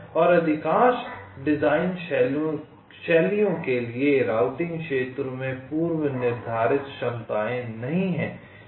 और अधिकांश डिज़ाइन शैलियों के लिए राउटिंग क्षेत्रों में पूर्व निर्धारित क्षमताएं नहीं हैं